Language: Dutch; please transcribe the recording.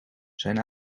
zijn